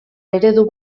eredu